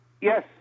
Yes